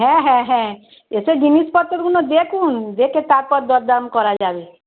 হ্যাঁ হ্যাঁ হ্যাঁ এসে জিনিসপত্রগুলো দেখুন দেখে তারপর দরদাম করা যাবে